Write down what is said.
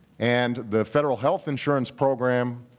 and the federal health insurance program